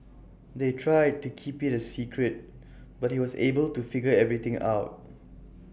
they tried to keep IT A secret but he was able to figure everything out